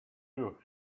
you